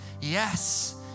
yes